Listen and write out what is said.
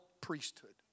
priesthood